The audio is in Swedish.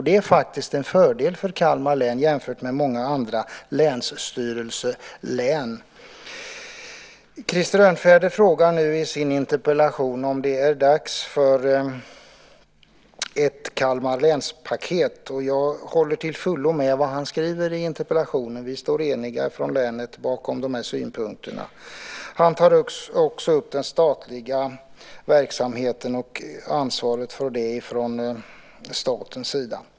Det är faktiskt en fördel för Kalmar län jämfört med många andra "länsstyrelselän". Krister Örnfjäder frågar i sin interpellation om det är dags för ett Kalmarlänspaket. Jag håller till fullo med om vad han skriver i interpellationen. Vi från länet står eniga bakom synpunkterna. Krister Örnfjäder tar också upp den statliga verksamheten och ansvaret för denna från statens sida.